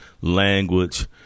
language